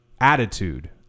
attitude